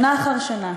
שנה אחר שנה,